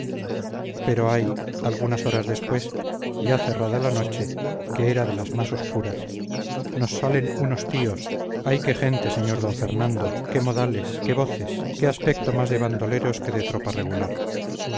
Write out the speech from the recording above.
pero ay algunas horas después ya cerrada la noche que era de las más obscuras nos salen unos tíos ay qué gente sr d fernando qué modales qué voces qué aspecto más de bandoleros que de tropa regular